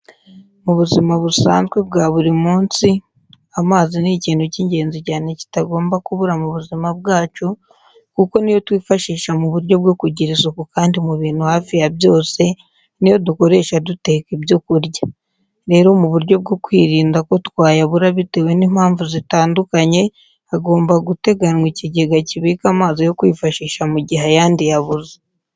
Mu buzima busanzwe bwa buri munsi amazi ni ikintu cy'ingenzi cyane kitagomba kubura mu buzima bwacu, kuko ni yo twifashisha mu buryo bwo kugira isuku kandi mu bintu hafi ya byose, ni yo dukoresha duteka ibyo kurya. Rero mu buryo bwo kwirinda ko twayabura bitewe n'impamvu zitandukanye, hagomba guteganwa ikigega kibika amazi yo kwifashisha mu gihe ayandi yabuze.